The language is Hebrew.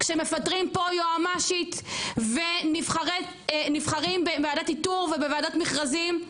כשמפטרים פה יועמ"שית ונבחרים בוועדת איתור ובוועדת מכרזים,